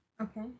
Okay